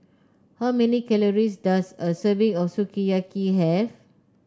how many calories does a serving of Sukiyaki have